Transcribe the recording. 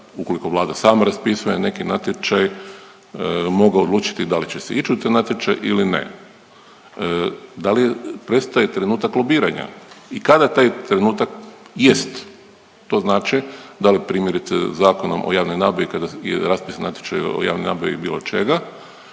ukoliko Vlada sama raspisuje neki natječaj mogao odlučiti da li će se ić u taj natječaj ili ne, da li prestaje trenutak lobiranja i kada taj trenutak jest? To znači da li primjerice Zakonom o javnoj nabavi kada je raspisan natječaj o javnoj nabavi bilo čega